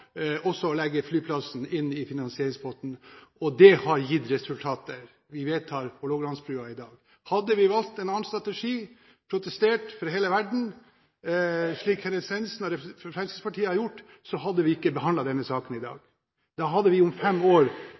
også å legge flyplassen inn i finansieringspotten, og det har gitt resultater. Vi vedtar Hålogalandsbrua i dag. Hadde vi valgt en annen strategi, protestert for hele verden, slik Kenneth Svendsen og Fremskrittspartiet har gjort, hadde vi ikke behandlet denne saken i dag. Da hadde vi om fem år